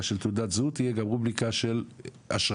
של תעודת זהות תהיה גם רובריקה של אשרה.